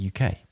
uk